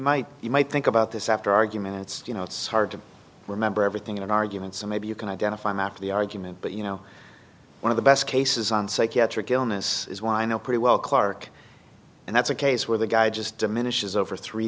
might you might think about this after arguments you know it's hard to remember everything in an argument so maybe you can identify him after the argument but you know one of the best cases on psychiatric illness is why no pretty well clark and that's a case where the guy just diminishes over three